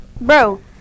Bro